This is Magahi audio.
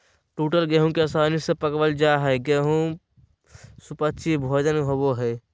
टूटल गेहूं के आसानी से पकवल जा हई गेहू सुपाच्य भोजन होवई हई